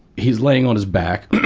he's laying on his back,